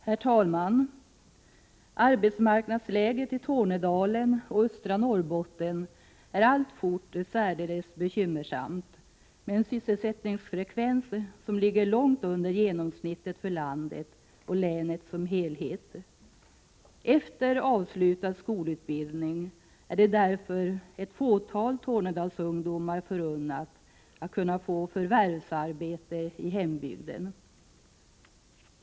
Herr talman! Arbetsmarknadsläget i Tornedalen och östra Norrbotten är alltfort särdeles bekymmersamt, med en sysselsättningsfrekvens som ligger långt under genomsnittet för landet och länet som helhet. Efter avslutad skolutbildning är det därför ett fåtal Tornedalsungdomar förunnat att kunna få förvärvsarbete i hembygden.